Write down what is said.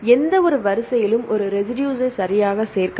எந்தவொரு வரிசையிலும் ஒரு ரெசிடுஸ்ஸை சரியாகச் சேர்க்கலாம்